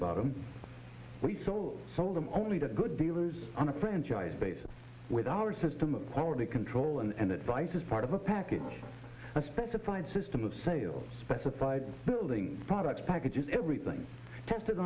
about them we sold sold them only to good dealers on a franchise basis with our system of quality control and advice is part of a package a specified system of sales specified buildings products packages everything tested